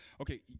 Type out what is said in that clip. Okay